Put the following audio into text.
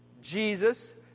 Jesus